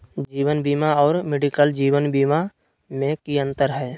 जीवन बीमा और मेडिकल जीवन बीमा में की अंतर है?